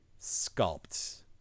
sculpt